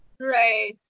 Right